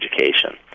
education